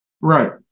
Right